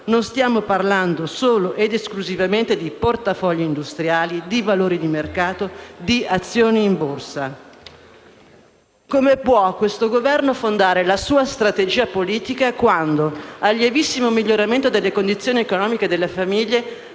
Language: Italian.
non stiamo parlando solo ed esclusivamente di portafogli industriali, di valori di mercato, di azioni in borsa. Come può questo Governo fondare la sua strategia politica quando, al lievissimo miglioramento delle condizioni economiche delle famiglie,